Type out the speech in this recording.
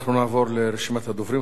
אנחנו נעבור לרשימת הדוברים.